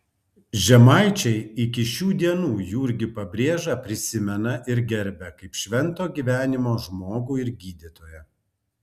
žemaičiai iki šių dienų jurgį pabrėžą prisimena ir gerbia kaip švento gyvenimo žmogų ir gydytoją